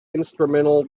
instrumental